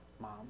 Mom